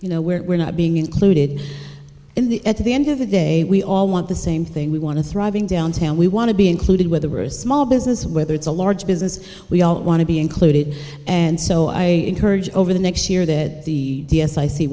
you know we're not being included in the at the end of the day we all want the same thing we want to thriving downtown we want to be included whether we're a small business whether it's a large business we all want to be included and so i encourage over the next year that the